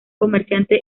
comerciante